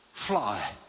Fly